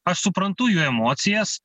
aš suprantu jų emocijas